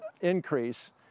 increase